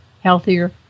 healthier